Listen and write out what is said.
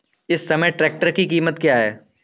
इस समय ट्रैक्टर की कीमत क्या है?